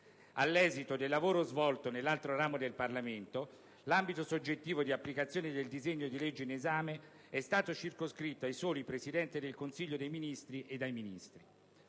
All'esito del lavoro svolto nell'altro ramo del Parlamento, l'ambito soggettivo di applicazione del disegno di legge in esame è stato circoscritto ai soli Presidente del Consiglio dei ministri e Ministri.